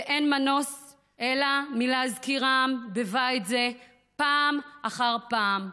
ואין מנוס אלא להזכירם בבית זה פעם אחר פעם.